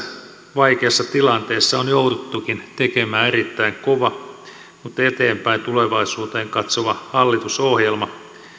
vaikeassa tilanteessa on jouduttukin tekemään erittäin kova mutta eteenpäin tulevaisuuteen katsova hallitusohjelma